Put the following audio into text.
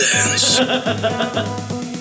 Dance